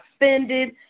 offended